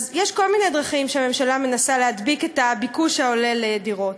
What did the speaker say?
אז יש כל מיני דרכים שבהן הממשלה מנסה להדביק את הביקוש העולה לדירות.